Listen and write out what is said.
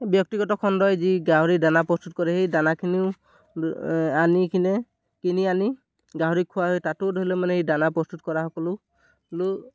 ব্যক্তিগত খণ্ডই যি গাহৰি দানা প্ৰস্তুত কৰে সেই দানাখিনিও আনি কিনে কিনি আনি গাহৰিক খুওৱা হয় তাতো ধৰি লওক মানে সেই দানা প্ৰস্তুত কৰাসকলো লো